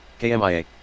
KMIA